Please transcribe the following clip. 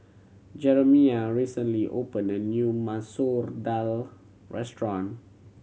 Jerimiah recently opened a new Masoor Dal restaurant